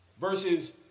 Versus